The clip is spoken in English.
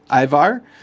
Ivar